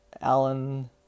Alan